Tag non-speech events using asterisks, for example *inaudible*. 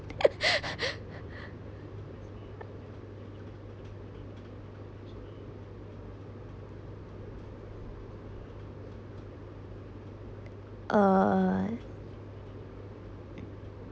*laughs* uh